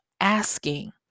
asking